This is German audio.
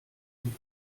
dem